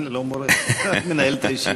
אני לא מורה, אני רק מנהל את הישיבה.